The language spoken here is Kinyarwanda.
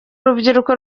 rubyiruko